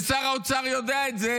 ושר האוצר יודע את זה,